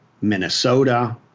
Minnesota